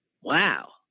Wow